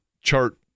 chart